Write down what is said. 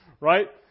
right